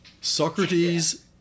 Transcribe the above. socrates